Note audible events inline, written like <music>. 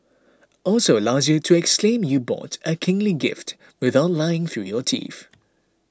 <noise> also allows you to exclaim you bought a kingly gift without lying through your teeth